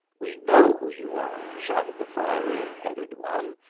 we know who you are, shouted the fiery-headed one.